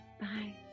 bye